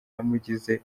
yamugize